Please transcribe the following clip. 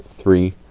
three